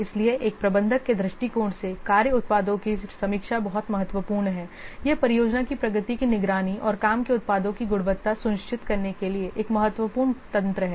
इसलिए एक प्रबंधक के दृष्टिकोण से कार्य उत्पादों की समीक्षा बहुत महत्वपूर्ण है यह परियोजना की प्रगति की निगरानी और काम के उत्पादों की गुणवत्ता सुनिश्चित करने के लिए एक महत्वपूर्ण तंत्र है